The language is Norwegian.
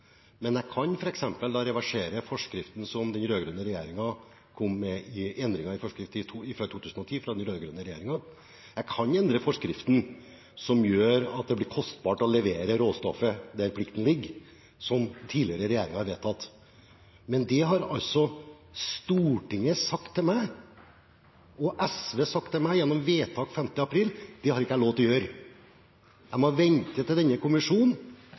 kan f.eks. reversere forskriftene som den rød-grønne regjeringen endret i 2010. Jeg kan endre forskriften som gjør at det blir kostbart å levere råstoffet der plikten ligger, som tidligere regjeringer har vedtatt, men det har altså Stortinget og SV sagt til meg gjennom vedtak 5. april at jeg ikke har lov til å gjøre. Jeg må vente til denne kommisjonen